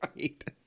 Right